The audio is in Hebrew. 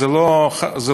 זה לא חדש.